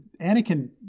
Anakin